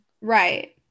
Right